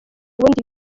ubundi